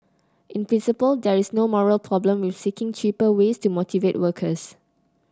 in principle there is no moral problem with seeking cheaper ways to motivate workers